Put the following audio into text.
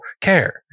care